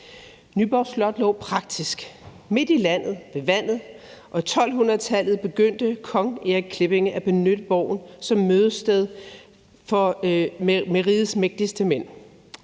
Nyborg Slot lå praktisk, midt i landet og ved vandet, og i 1200-tallet begyndte kong Erik Klipping at benytte borgen som mødested for rigets mægtigste mænd.